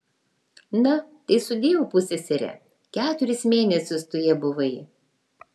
na tai sudieu pussesere keturis mėnesius tu ja buvai